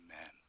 Amen